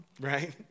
right